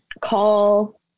call